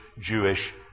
Jewish